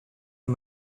and